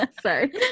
Sorry